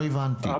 לא הבנתי.